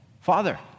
Father